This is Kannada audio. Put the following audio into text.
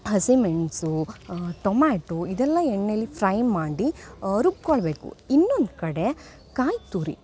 ಹಸಿಮೆಣಸು ಟೊಮ್ಯಾಟೊ ಇದೆಲ್ಲ ಎಣ್ಣೆಲ್ಲಿ ಫ್ರೈ ಮಾಡಿ ರುಬ್ಬಿಕೊಳ್ಬೇಕು ಇನ್ನೊಂದು ಕಡೆ ಕಾಯಿತುರಿ